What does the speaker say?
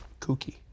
kooky